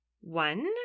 One